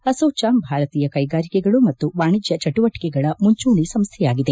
ಅಸೋಚಾಂ ಭಾರತೀಯ ಕೈಗಾರಿಕೆಗಳು ಮತ್ತು ವಾಣಿಜ್ಯ ಚಟುವಟಿಕೆಗಳ ಮುಂಚೂಣಿ ಸಂಸ್ಥೆಯಾಗಿದೆ